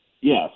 Yes